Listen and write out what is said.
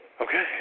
Okay